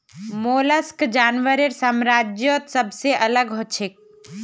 mollusc जानवरेर साम्राज्यत सबसे अलग हछेक